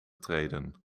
treden